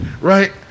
Right